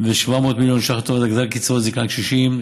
ו-700 מיליון ש"ח לטובת הגדלת קצבאות זקנה לקשישים.